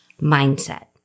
mindset